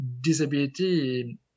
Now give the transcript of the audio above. disability